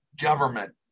government